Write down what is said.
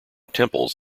temples